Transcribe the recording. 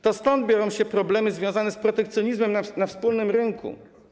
To stąd biorą się problemy związane z protekcjonizmem na wspólnym rynku.